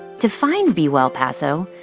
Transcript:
to find be well paso,